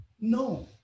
No